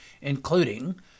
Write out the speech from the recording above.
including